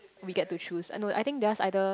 we get to choose ah no I think theirs either